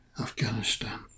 Afghanistan